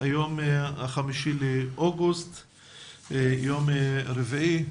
היום ה-5 באוגוסט 2020, יום רביעי,